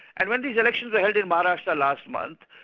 and when these elections are held in maharashtra last month,